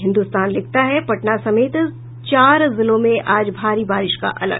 हिन्द्रस्तान लिखता है पटना समेत चार जिलों में आज भारी बारिश का अलर्ट